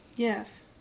Yes